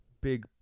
big